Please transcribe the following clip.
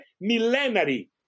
millenary